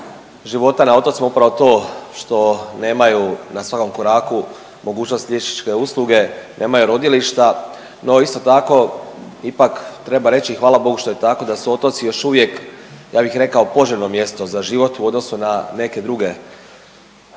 života na otocima upravo to što nemaju na svakom koraku mogućnost liječničke usluge, nemaju rodilišta, no isto tako ipak treba reći hvala Bogu da je tako da su otoci još uvijek ja bih rekao poželjno mjesto za život u odnosu na neke druge